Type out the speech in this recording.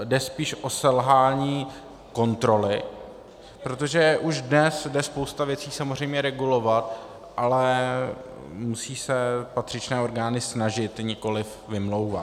Jde spíše o selhání kontroly, protože už dnes jde spousta věcí samozřejmě regulovat, ale musí se patřičné orgány snažit, nikoliv vymlouvat.